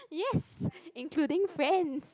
yes including friends